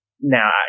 now